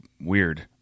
weird